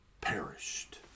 perished